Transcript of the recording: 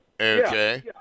Okay